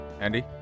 Andy